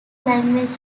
language